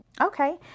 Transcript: Okay